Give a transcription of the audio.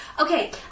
Okay